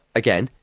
again,